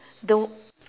the